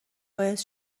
باعث